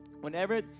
whenever